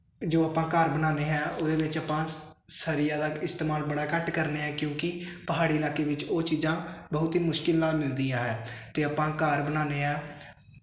ਜੋ ਆਪਾਂ ਘਰ ਬਣਾਉਂਦੇ ਹਾਂ ਉਹਦੇ ਵਿੱਚ ਆਪਾਂ ਸਰੀਆ ਦਾ ਇਸਤੇਮਾਲ ਬੜਾ ਘੱਟ ਕਰਦੇ ਹਾਂ ਕਿਉਂਕਿ ਪਹਾੜੀ ਇਲਾਕੇ ਵਿੱਚ ਉਹ ਚੀਜ਼ਾਂ ਬਹੁਤ ਹੀ ਮੁਸ਼ਕਲ ਨਾਲ ਮਿਲਦੀਆਂ ਹੈ ਅਤੇ ਆਪਾਂ ਘਰ ਬਣਾਉਂਦੇ ਹਾਂ